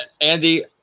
Andy